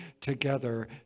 together